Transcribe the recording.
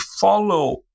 follow